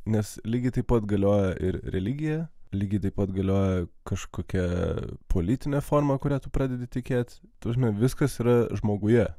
nes lygiai taip pat galioja ir religija lygiai taip pat galioja kažkokią politinė forma kuria tu pradedi tikėt turime viskas yra žmoguje